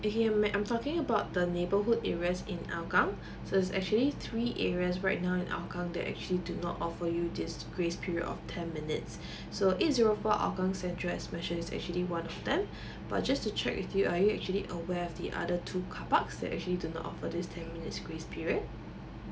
okay I'm talking about the neighbourhood areas in hougang so is actually three areas right now in hougang that actually do not offer you this grace period of ten minutes so eight zero four hougang central as mentioned is actually one of them but just to check with you are you actually aware of the other two car park that actually do not for this ten minutes grace period